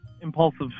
impulsive